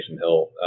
Hill